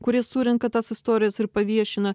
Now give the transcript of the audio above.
kurie surenka tas istorijas ir paviešina